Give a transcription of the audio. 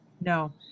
No